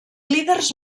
líders